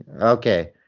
okay